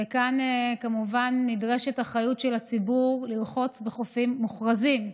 וכאן כמובן נדרשת אחריות של הציבור לרחוץ בחופים מוכרזים.